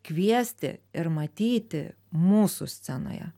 kviesti ir matyti mūsų scenoje